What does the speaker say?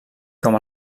com